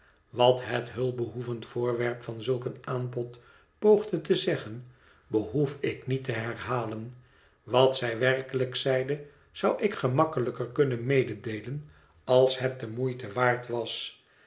wat het hulpbehoevend voorwerp van zulk een aanbod poogde te zeggen behoef ik niet te herhalen wat zij werkelijk zeide zou ik gemakkelijker kunnen mededeelen als het de moeite waard was